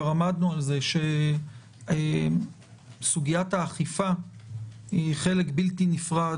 כבר עמדנו על כך שסוגיית האכיפה היא חלק בלתי נפרד